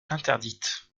interdite